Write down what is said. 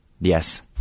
Yes